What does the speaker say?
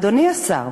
אדוני השר,